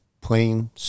plain